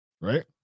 right